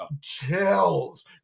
chills